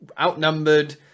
outnumbered